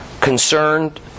concerned